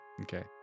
Okay